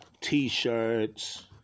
t-shirts